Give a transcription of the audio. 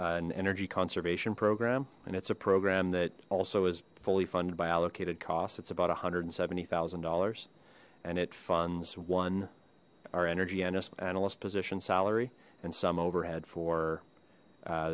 n energy conservation program and it's a program that also is fully funded by allocated cost it's about a hundred and seventy thousand dollars and it funds one our energy honest panelist position salary and some overhead for